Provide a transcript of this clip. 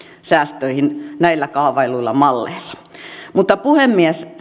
säästöihin näillä kaavailluilla malleilla puhemies